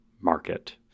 market